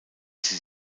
sie